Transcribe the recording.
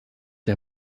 der